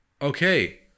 Okay